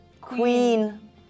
Queen